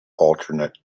alternate